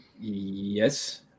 Yes